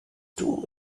too